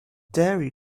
dairy